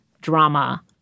drama